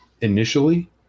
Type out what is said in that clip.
initially